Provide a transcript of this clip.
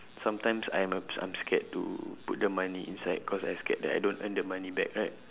sometimes I'm uh I'm scared to put the money inside cause I scared that I don't earn the money back right